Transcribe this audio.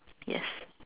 yes